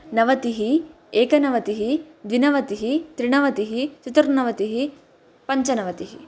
नवतिः एकनवतिः द्विनवतिः त्रिनवतिः चतुर्नवतिः पञ्चनवतिः